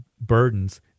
burdens